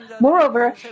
Moreover